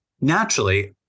naturally